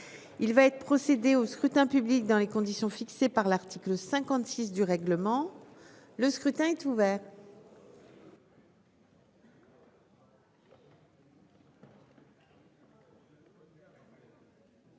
Il va être procédé au scrutin public dans les conditions fixées par l'article 56 du règlement. Le scrutin est ouvert.